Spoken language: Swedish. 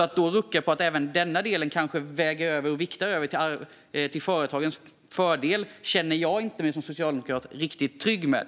Att rucka på detta och vikta över även denna del till företagens fördel känner jag mig som socialdemokrat inte riktigt trygg med.